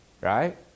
right